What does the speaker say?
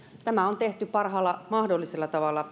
tämä on tehty parhaalla mahdollisella tavalla